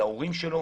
להוריו,